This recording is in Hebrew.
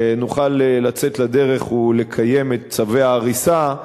נוכל לצאת לדרך ולקיים את צווי ההריסה,